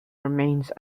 remains